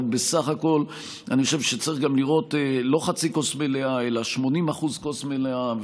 אבל בסך הכול אני חושב שצריך לראות לא חצי כוס מלאה אלא 80% כוס מלאה.